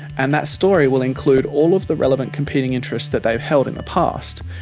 and that story will include all of the relevant competing interests that they've held in the past.